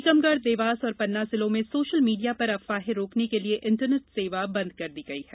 टीकमगढ़ देवास और पन्ना जिलों में सोशल मीडिया पर अफवाहें रोकने के लिये इंटरनेट सेवा बन्द की गई है